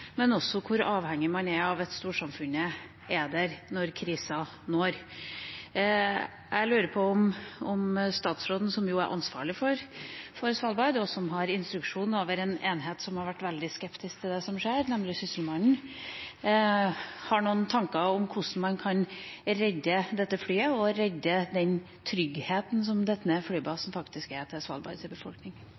men også hvor avhengig man er av at storsamfunnet er der når krisen skjer. Jeg lurer på om statsråden, som er ansvarlig for Svalbard, og som har instruksjonsmyndighet over en enhet som har vært veldig skeptisk til det som skjer, nemlig Sysselmannen, har noen tanker om hvordan man kan redde dette flyet og redde den tryggheten som flybasen faktisk er for Svalbards befolkning. Det å ha gode forbindelseslinjer til